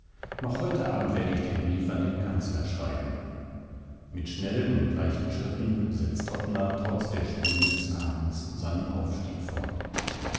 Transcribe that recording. noch heute abend werde ich den brief an den kanzler schreiben mit schnellen und leichten schritten setzt ottmar trotz der schwüle des abends seinen aufstieg fort